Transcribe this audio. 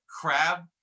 crab